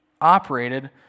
operated